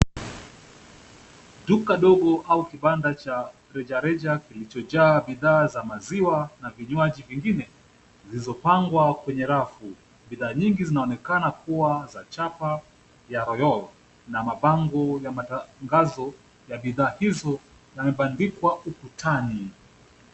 Duka dogo au kibanda cha reja reja kilichojaa bidhaa za maziwa na vinywaji vingine zilizopangwa kwenye rafu. Bidhaa nyingi zinaonekana kuwa za chapaa ya royal na mabango ya matangazo ya bidhaa hizo zimebandikwa ukutani.